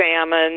salmon